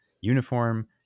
uniform